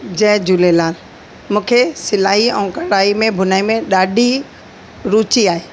जय झूलेलाल मूंखे सिलाई ऐं कढ़ाई में बुनाई में ॾाढी रुची आहे